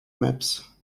maps